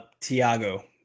Tiago